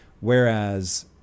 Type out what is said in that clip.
Whereas